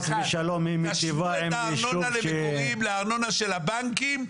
תשוו את הארנונה למגורים לארנונה של הבנקים,